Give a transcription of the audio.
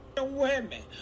...women